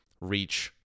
reach